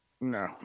No